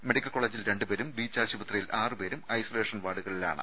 medical കോളേജിൽ രണ്ടുപേരും beach ആശുപത്രിയിൽ ആറു പേരും ഐസൊലേഷൻ വാർഡുകളിലാണ്